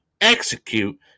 execute